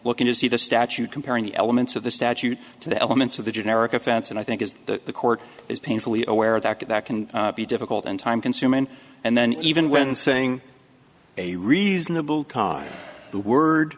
looking to see the statute comparing the elements of the statute to the elements of the generic offense and i think is the court is painfully aware that that can be difficult and time consuming and then even when saying a reasonable cause the word